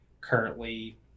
currently